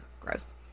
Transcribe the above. Gross